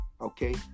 Okay